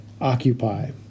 occupy